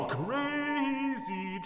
crazy